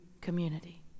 community